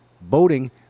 boating